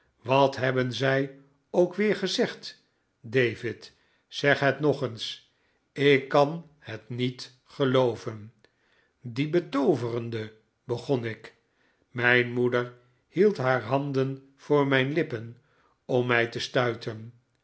wat hebben zij ook weer gezegd david zeg het nog eens ik kan het niet geloov en die betooverende begon ik mijn moeder hield haar handen voor mijn lippen om mij te stuiten